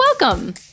welcome